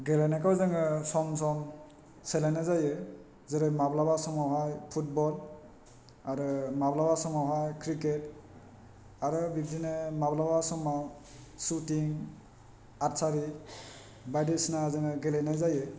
गेलेनायखौ जोङो सम सम सोलायनाय जायो जेरै माब्लाबा समावहाय फुटबल आरो माब्लाबा समावहाय क्रिकेट आरो बिदिनो माब्लाबा समाव सुथिं आर्सारि बायदिसिना जोङो गेलेनाय जायो